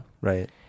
Right